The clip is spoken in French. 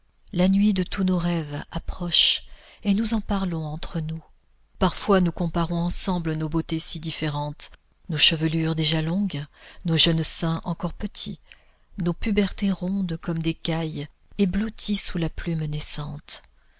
la nuit de tous nos rêves approche et nous en parlons entre nous parfois nous comparons ensemble nos beautés si différentes nos chevelures déjà longues nos jeunes seins encore petits nos pubertés rondes comme des cailles et blotties sous la plume naissante